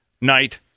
night